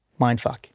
mindfuck